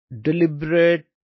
Deliberate